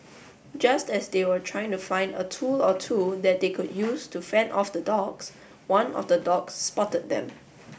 just as they were trying to find a tool or two that they could use to fend off the dogs one of the dogs spotted them